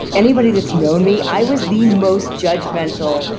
anybody that's known me, i was the most judgemental,